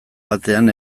batean